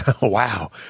wow